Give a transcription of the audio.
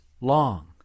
long